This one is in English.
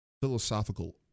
philosophical